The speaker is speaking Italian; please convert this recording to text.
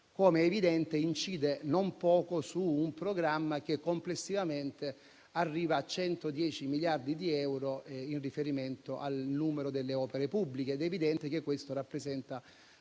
com'è evidente, incide non poco su un programma che complessivamente arriva a 110 miliardi di euro in riferimento al numero delle opere pubbliche. È evidente che questo rappresenta